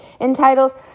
entitled